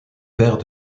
père